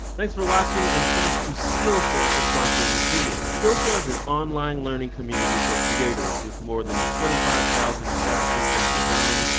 thanks for watching, and thanks to skillshare for sponsoring this video. skillshare is an online learning community for creators with more than twenty five thousand classes in design,